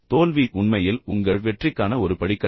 தோல்வி உண்மையில் உங்கள் வெற்றிக்கான ஒரு படிக்கட்டா